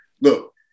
Look